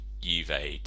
Juve